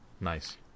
Nice